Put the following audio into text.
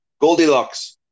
Goldilocks